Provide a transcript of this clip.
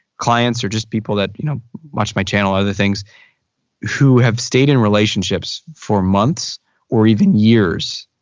clients, or just people that you know watch my channel or other things who have stayed in relationships for months or even years,